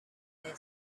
their